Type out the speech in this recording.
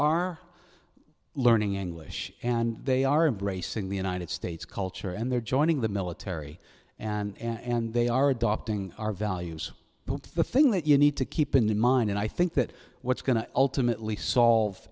are learning english and they are embracing the united states culture and they're joining the military and they are adopting our values the thing that you need to keep in mind and i think that what's going to ultimately solve